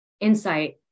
insight